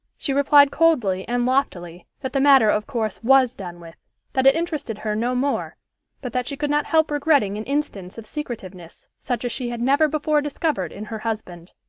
she replied coldly and loftily that the matter, of course, was done with that it interested her no more but that she could not help regretting an instance of secretiveness such as she had never before discovered in her husband.